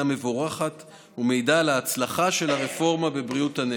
מבורכת ומעידה על הצלחה של הרפורמה בבריאות הנפש.